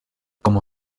como